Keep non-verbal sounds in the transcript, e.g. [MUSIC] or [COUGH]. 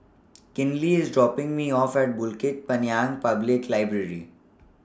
[NOISE] Kinley IS dropping Me off At Bukit Panjang Public Library